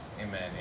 Amen